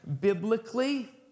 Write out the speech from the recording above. biblically